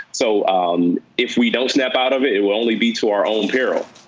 so ah um if we don't snap out of it, it will only be to our own peril.